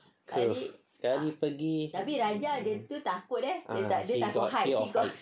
sekali pergi ah he got fear of heights